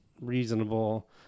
reasonable